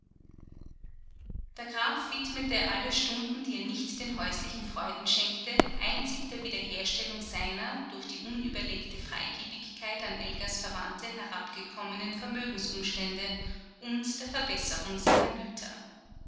der graf widmete alle stunden die er nicht den häuslichen freuden schenkte einzig der wiederherstellung seiner durch die unüberlegte freigebigkeit an elgas verwandte herabgekommenen vermögensumstände und der verbesserung seiner güter